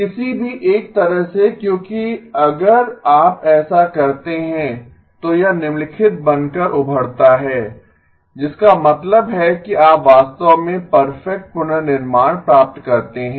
किसी भी एक तरह से क्योंकि अगर आप ऐसा करते हैं तो यह निम्नलिखित बनकर उभरता है T 2 z−1 जिसका मतलब है कि आप वास्तव में परफेक्ट पुनर्निर्माण प्राप्त करते हैं